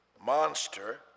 monster